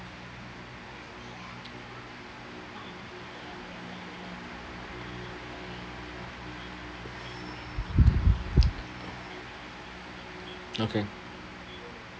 okay